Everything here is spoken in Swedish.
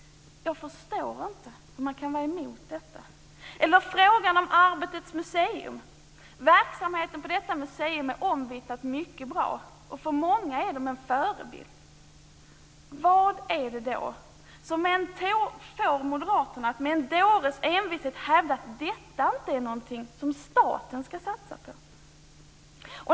Jag förstår inte hur man kan vara emot detta. Jag förstår inte heller frågan om Arbetets museum. Verksamheten på detta museum är omvittnat mycket bra, och för många är det en förebild. Vad är det då som får moderaterna att med en dåres envishet hävda att detta inte är någonting som staten ska satsa på?